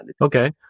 okay